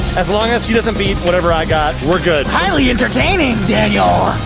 as long as he doesn't beat whatever i got, we're good highly entertaining, daniel.